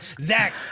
Zach